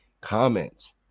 comment